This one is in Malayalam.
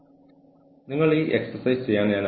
കൂടാതെ ഈ സ്ഥാനം നിങ്ങൾക്ക് എത്രത്തോളം പ്രധാനമാണ്